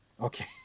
Okay